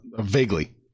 Vaguely